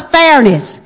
fairness